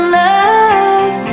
love